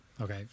Okay